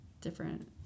different